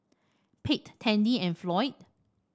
Pate Tandy and Floyd